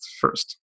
first